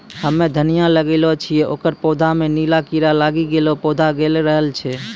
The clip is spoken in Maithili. हम्मे धनिया लगैलो छियै ओकर पौधा मे नीला कीड़ा लागी गैलै पौधा गैलरहल छै?